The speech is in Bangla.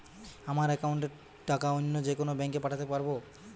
আমার একাউন্টের টাকা অন্য যেকোনো ব্যাঙ্কে পাঠাতে পারব?